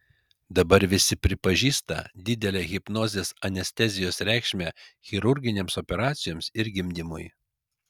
dabar visi pripažįsta didelę hipnozės anestezijos reikšmę chirurginėms operacijoms ir gimdymui